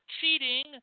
cheating